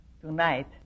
tonight